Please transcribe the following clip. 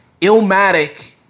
ilmatic